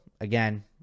Again